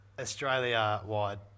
Australia-wide